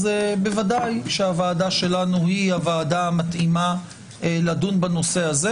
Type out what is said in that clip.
ודאי שהוועדה שלנו היא המתאימה לדון בנושא הזה.